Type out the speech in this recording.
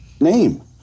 name